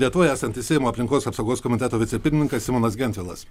lietuvoje esantis seimo aplinkos apsaugos komiteto vicepirmininkas simonas gentvilas